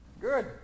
good